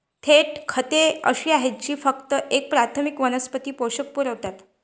थेट खते अशी आहेत जी फक्त एक प्राथमिक वनस्पती पोषक पुरवतात